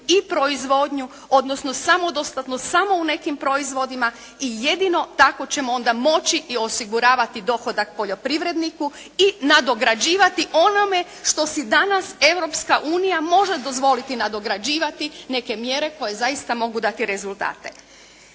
i proizvodnju odnosno samodostatnost samo u nekim proizvodima i jedino tako ćemo onda moći i osiguravati dohodak poljoprivredniku i nadograđivati onome što si danas Europska unija može dozvoliti nadograđivati neke mjere koje zaista mogu dati rezultate.